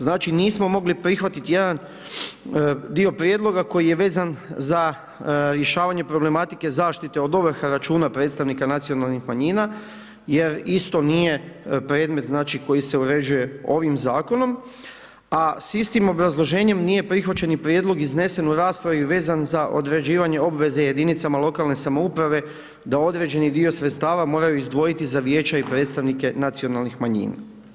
Znači nismo mogli prihvatit jedan dio prijedloga koji je vezan za rješavanje problematike zaštite od ovrhe računa predstavnika nacionalnih manjina jer isto nije predmet znači koji se uređuje ovim zakonom, a s istim obrazloženjem nije prihvaćen ni prijedlog iznesen u raspravi vezan za određivanje obveze jedinicama lokalne samouprave da određeni dio sredstava moraju izdvojiti za vijeća i predstavnike nacionalnih manjina.